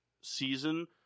season